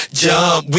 jump